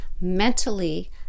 mentally